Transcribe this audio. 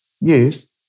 Yes